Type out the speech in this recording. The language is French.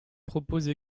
propose